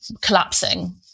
collapsing